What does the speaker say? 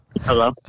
Hello